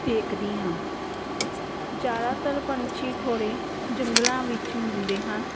ਦੇਖਦੀ ਹਾਂ ਜ਼ਿਆਦਾਤਰ ਪੰਛੀ ਥੋੜ੍ਹੇ ਜੰਗਲਾਂ ਵਿੱਚ ਮਿਲਦੇ ਹਨ